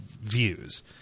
Views